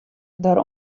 der